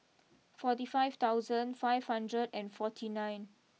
forty five thousand five hundred and forty nine